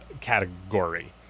category